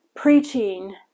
Preaching